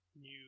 new